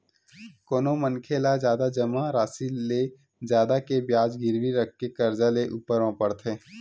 कोनो मनखे ला जमा रासि ले जादा के बियाज गिरवी रखके करजा लेय ऊपर म पड़थे